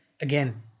again